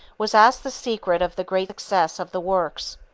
was asked the secret of the great success of the works.